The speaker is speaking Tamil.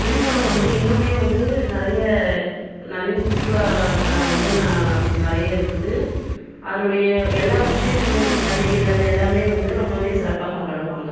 விழுப்புரம் வந்து இன்னுமே வந்து நிறைய நிறைய சுற்றுலா தலம் வந்து நிறைய இருக்குது அதனுடைய எல்லா விஷேசமுமே பண்டிகைகள் எல்லாமே வந்து ரொம்பவே சிறப்பாக கொண்டாடுவாங்க